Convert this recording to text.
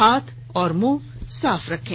हाथ और मुंह साफ रखें